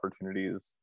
opportunities